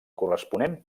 corresponent